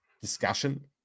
discussion